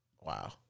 Wow